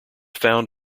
found